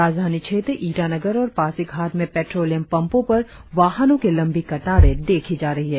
राजधानी क्षेत्र ईटानगर और पासीघाट में पेट्रोलियम पंपो पर वाहनो की लंबी कतारे देखी जा रही है